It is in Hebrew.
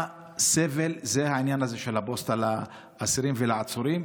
סבל גורם העניין הזה של הפוסטה לאסירים ולעצורים,